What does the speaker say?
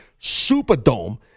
Superdome